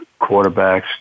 quarterbacks